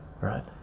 right